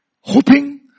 hoping